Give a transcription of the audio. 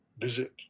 visit